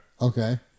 Okay